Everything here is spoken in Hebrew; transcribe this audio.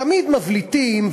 תמיד מבליטים,